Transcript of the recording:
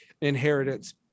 inheritance